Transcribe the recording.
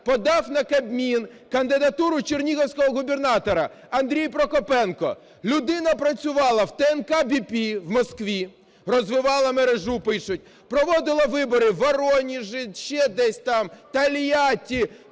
подав на Кабмін кандидатуру чернігівського губернатора - Андрій Прокопенко. Людина працювала в ТМК-ВР в Москві, розвивала мережу, пишуть, проводила вибори у Воронежі, ще десь там, у Тальяті,